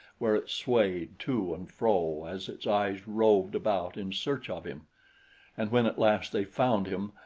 where it swayed to and fro as its eyes roved about in search of him and when at last they found him,